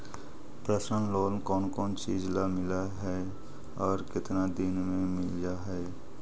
Personal loan कोन कोन चिज ल मिल है और केतना दिन में मिल जा है?